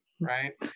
right